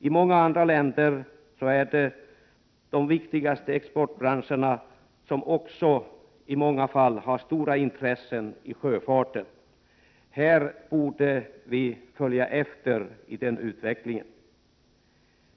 I många andra länder är det de viktigaste exportbranscherna som i många fall även har stora intressen i sjöfarten. Den utvecklingen borde även vi följa.